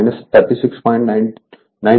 ఇది 20 ∠ 36